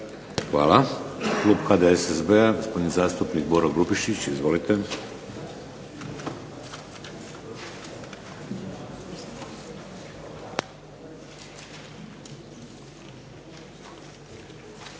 Hvala. Klub HDSSB-a, gospodin zastupnik Boro Grubišić. Izvolite.